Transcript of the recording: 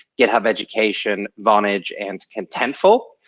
github education, vonage, and contentful.